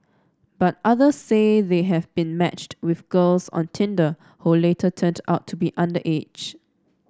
but others say they have been matched with girls on Tinder who later turned out to be underage